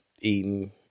eating